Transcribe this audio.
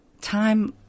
time